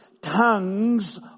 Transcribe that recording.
tongues